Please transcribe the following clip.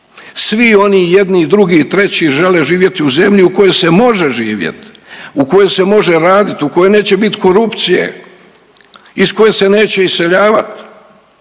Svi oni i jedni i drugi i treći žele živjeti u zemlji u kojoj se može živjeti, u kojoj se može raditi, u kojoj neće biti korupcije, iz koje se neće iseljavat